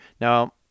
Now